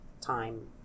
time